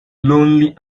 lonely